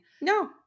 No